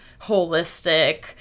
holistic